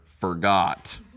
forgot